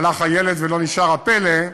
הלך הילד ולא נשאר הפלא,